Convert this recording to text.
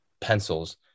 pencils